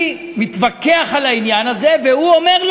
אותם נשים או אנשים?